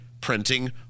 printing